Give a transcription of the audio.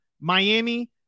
Miami